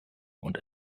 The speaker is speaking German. und